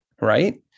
right